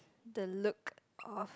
the look of